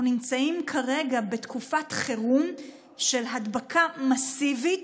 אנחנו נמצאים כרגע בתקופת חירום של הדבקה מסיבית,